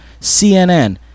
CNN